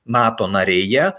nato narėje